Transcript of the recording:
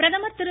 பிரதமர் திரு